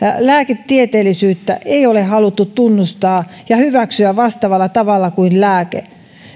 lääketieteellisyyttä ei ole haluttu tunnustaa ja hyväksyä vastaavalla tavalla kuin lääke